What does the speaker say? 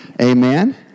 Amen